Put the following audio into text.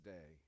Day